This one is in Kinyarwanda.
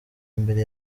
mbere